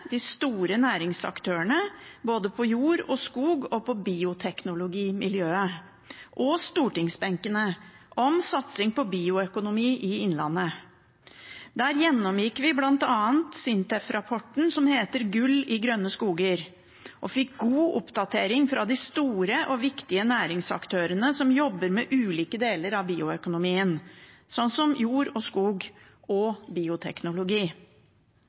de store næringsaktørene på både jord og skog og bioteknologimiljøet – og stortingsbenkene om satsing på bioøkonomi i Innlandet. Der gjennomgikk vi bl.a. SINTEF-rapporten som heter «Gull i grønne skoger?» og fikk god oppdatering fra de store og viktige næringsaktørene som jobber med ulike deler av bioøkonomien, som jord, skog og bioteknologi.